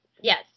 Yes